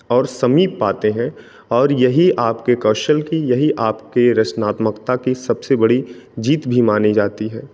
और समीप आते है और यही आपके कौशल की यही आपके रचनात्मकता की सबसे बड़ी जीत भी मानी जाती है